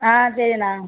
ஆ சரிணா